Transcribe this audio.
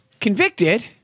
convicted